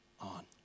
on